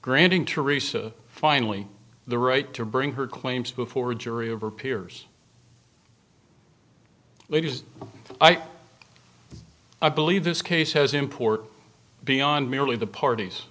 granting theresa finally the right to bring her claims before a jury of her peers ladies i believe this case has import beyond merely the parties